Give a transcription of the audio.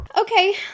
Okay